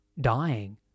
dying